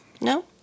No